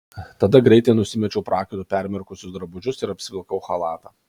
tada greitai nusimečiau prakaitu permirkusius drabužius ir apsivilkau chalatą